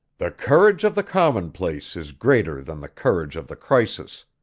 the courage of the commonplace is greater than the courage of the crisis,